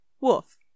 wolf